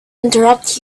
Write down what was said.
interrupt